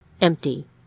empty